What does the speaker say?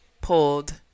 pulled